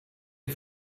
est